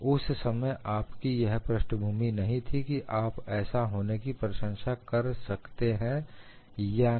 उस समय आपकी यह पृष्ठभूमि नहीं थी कि आप ऐसा होने की प्रशंसा भी कर सकते हैं या नहीं